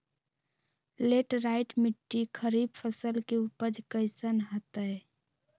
Laterite मिट्टी खरीफ फसल के उपज कईसन हतय?